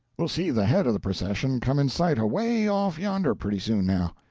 we'll see the head of the procession come in sight away off yonder pretty soon, now.